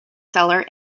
seller